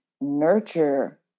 nurture